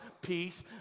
peace